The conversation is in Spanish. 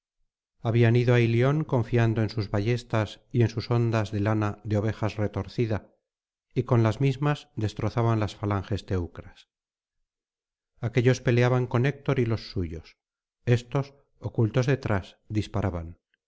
habían ido á ilion confiando en sus ballestas y en sus hondas de lana de ovejas retorcida y con las mismas destrozaban las falanges teucras aquéllos peleaban con héctor y los suyos éstos ocultos detrás disparaban